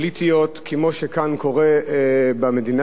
פוליטיות כמו שכאן קורה במדינה.